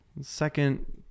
Second